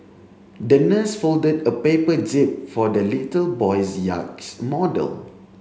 the nurse folded a paper jib for the little boy's yacht model